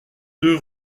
deux